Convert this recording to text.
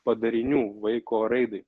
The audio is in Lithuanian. padarinių vaiko raidai